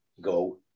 go